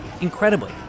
Incredibly